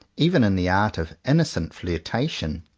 even in the art of innocent flirtation.